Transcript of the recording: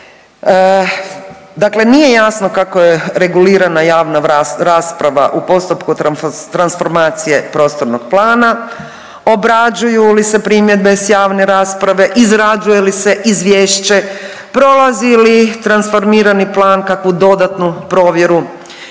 Dakle, nije jasno kako je regulirana javna rasprava u postupke transformacije prostornog plana, obrađuju li se primjedbe s javne rasprave, izrađuje li se izvješće, prolazi li transformirani plan kakvu dodatnu provjeru.